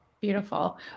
Beautiful